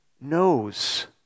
knows